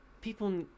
People